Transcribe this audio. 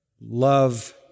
love